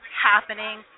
happening